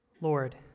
Lord